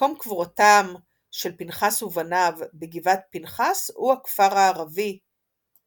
מקום קבורתם של פנחס ובניו בגבעת פינחס הוא הכפר הערבי עוורתא,